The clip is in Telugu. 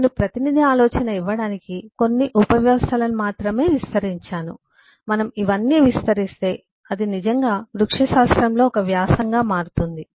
నేను ప్రతినిధి ఆలోచన ఇవ్వడానికి కొన్ని ఉపవ్యవస్థలను మాత్రమే విస్తరించాను మనం ఇవన్నీ విస్తరిస్తే అది నిజంగా వృక్షశాస్త్రంలో ఒక వ్యాసంగా మారుతుంది